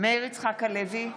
מאיר יצחק הלוי,